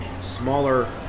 smaller